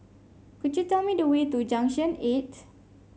could you tell me the way to Junction Eight